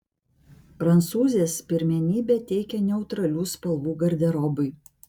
prancūzės pirmenybę teikia neutralių spalvų garderobui